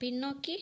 பின்னோக்கி